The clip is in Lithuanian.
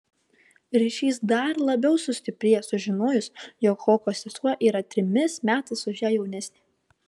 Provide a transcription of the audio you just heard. ryšys dar labiau sustiprėjo sužinojus jog hoko sesuo yra trimis metais už ją jaunesnė